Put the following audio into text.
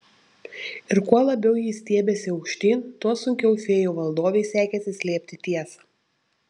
ir kuo labiau ji stiebėsi aukštyn tuo sunkiau fėjų valdovei sekėsi slėpti tiesą